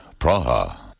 Praha